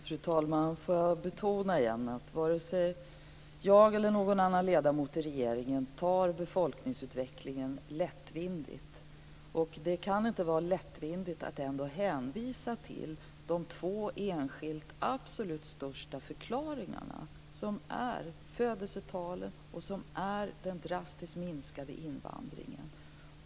Fru talman! Jag vill igen betona att vare sig jag eller någon annan ledamot i regeringen tar befolkningsutvecklingen lättvindigt. Det kan ändå inte vara lättvindigt att hänvisa till de två enskilt absolut största förklaringarna, som är födelsetalen och den drastiskt minskade invandringen.